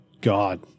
god